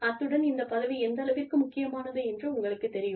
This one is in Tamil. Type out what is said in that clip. அத்துடன் இந்த பதவி எந்தளவிற்கு முக்கியமானது என்று உங்களுக்குத் தெரியும்